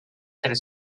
tres